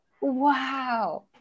Wow